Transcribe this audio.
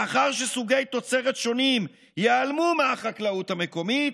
לאחר שסוגי תוצרת שונים ייעלמו מהחקלאות המקומית,